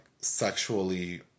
sexually